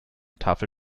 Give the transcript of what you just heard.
tafel